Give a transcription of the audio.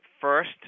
first